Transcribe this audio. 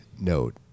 note